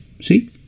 See